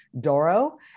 Doro